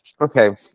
okay